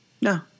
No